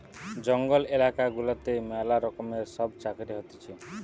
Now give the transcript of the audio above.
জঙ্গল এলাকা গুলাতে ম্যালা রকমের সব চাকরি হতিছে